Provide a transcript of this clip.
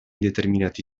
determinati